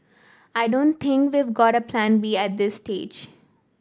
I don't think we've got Plan B at this stage